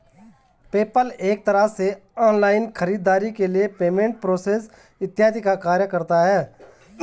PayPal एक तरह से ऑनलाइन खरीदारी के लिए पेमेंट प्रोसेसर इत्यादि का कार्य करता है